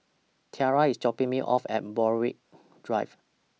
Tiarra IS dropping Me off At Borthwick Drive